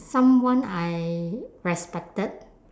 someone I respected